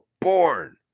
born